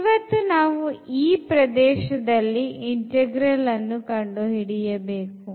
ಇವತ್ತು ನಾವು ಈ ಪ್ರದೇಶದಲ್ಲಿ integral ಕಂಡುಹಿಡಿಯಬೇಕು